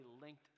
linked